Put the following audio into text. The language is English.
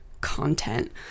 content